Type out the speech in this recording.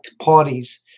parties